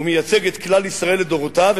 הוא מייצג את כלל ישראל לדורותיו,